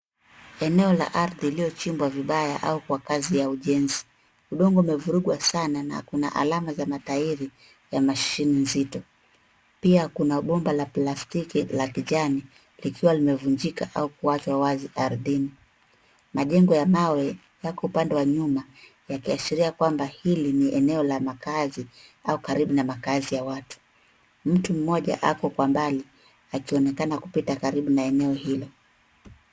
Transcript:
Eneo la ardhi iliyochimbwa vibaya au kwa kazi ya ujenzi. Udongo umefurugwa sana na kuna alama za matairi ya mashine nzito. Pia kuna bomba la plastiki la kijani likiwa limevunjika au kuachwa wazi ardhini. Majengo ya mawe yako pande wa nyuma yakiashiria kwamba hili ni eneo la makazi au karibu na makazi ya watu. Mtu mmoja ako kwa mbali, akionekana kupita karibu na eneo hilo.